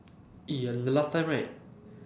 eh ya the last time right